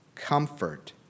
comfort